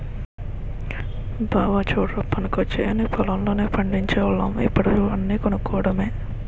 బావా చుడ్రా పనికొచ్చేయన్నీ పొలం లోనే పండిచోల్లం ఇప్పుడు అన్నీ కొనుక్కోడమే